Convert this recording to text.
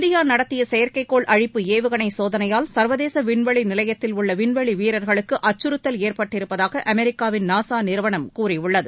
India நடத்திய செயற்கைக்கோள் அழிப்பு ஏவுகணை சோதனையால் சா்வதேச விண்வெளி நிலையத்தில் உள்ள விண்வெளி வீரர்களுக்கு அச்சுறுத்தல் ஏற்பட்டிருப்பதாக அமெரிக்காவின் நாசா நிறுவனம் கூறியுள்ளது